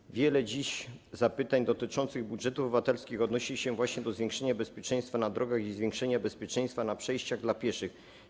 Dziś wiele zapytań dotyczących budżetów obywatelskich odnosi się właśnie do zwiększenia bezpieczeństwa na drogach i zwiększenia bezpieczeństwa na przejściach dla pieszych.